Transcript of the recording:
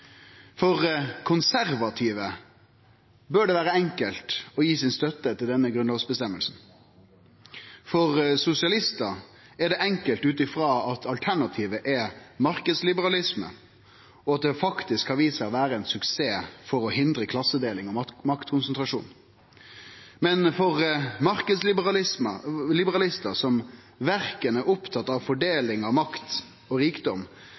For konservative bør det vere enkelt å gi si støtte til denne grunnlovsavgjerda. For sosialistar er det enkelt ut frå at alternativet er marknadsliberalisme – og at det faktisk har vist seg å vere ein suksess for å hindre klassedeling og maktkonsentrasjon. Men for marknadsliberalistar, som verken er opptatt av fordeling av makt og rikdom